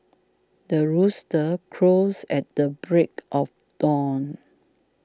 the rooster crows at the break of dawn